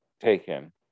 taken